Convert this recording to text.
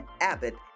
Abbott